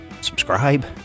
subscribe